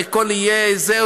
מכל איי זה,